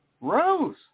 Rose